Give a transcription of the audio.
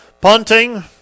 Punting